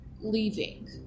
leaving